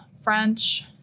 French